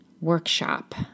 workshop